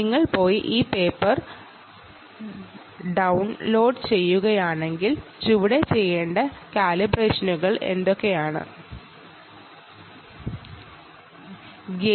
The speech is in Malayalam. നിങ്ങൾ ഈ പേപ്പർ ബ്രൌസ് ചെയ്യുകയാണെങ്കിൽ ചുവടെ ചെയ്യേണ്ട കാലിബ്രേഷനുകൾ എന്തൊക്കെയാണ് എന്ന് അറിയാൻ കഴിയും